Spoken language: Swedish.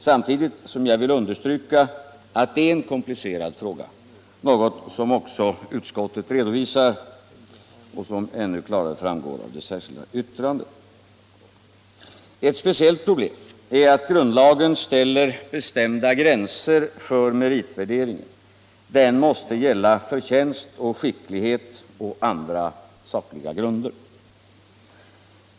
Samtidigt vill jag emellertid understryka att det är en komplicerad fråga, något som också utskottet redovisar och som ännu klarare framgår av det särskilda yttrandet. Ett speciellt problem är att grundlagen uppställer bestämda gränser för meritvärderingen. Den måste avse förtjänst och skicklighet och andra sakliga grunder.